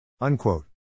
Unquote